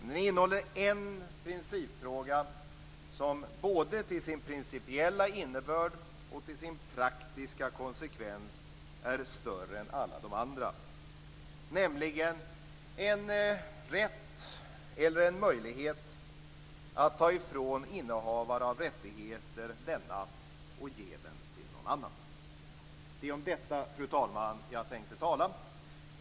Det innehåller en principfråga som både till sin principiella innebörd och till sin praktiska konsekvens är större än alla de andra, nämligen en rätt eller en möjlighet att ta ifrån innehavare av rättigheter dessa och ge dem till någon annan. Det är om detta, fru talman, som jag tänker tala.